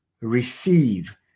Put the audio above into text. receive